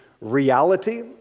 reality